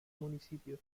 municipio